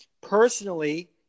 Personally